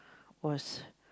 was